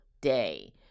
day